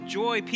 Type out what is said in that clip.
joy